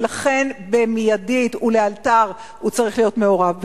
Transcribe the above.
ולכן במיידית ולאלתר הוא צריך להיות מעורב בזה.